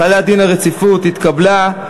החלת דין הרציפות התקבלה.